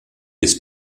ist